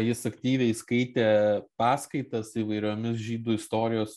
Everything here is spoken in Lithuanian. jis aktyviai skaitė paskaitas įvairiomis žydų istorijos